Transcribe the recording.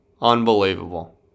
Unbelievable